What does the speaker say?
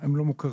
הם לא מוכרים.